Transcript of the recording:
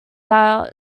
dwarves